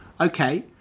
okay